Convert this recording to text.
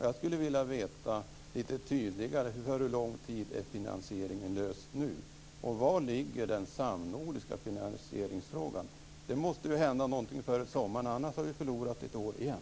Jag skulle vilja få lite tydligare besked om för hur lång tid finansieringen är löst och om var den samnordiska finansieringsfrågan ligger. Det måste hända något före sommaren - annars har vi förlorat ett år igen.